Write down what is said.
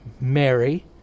Mary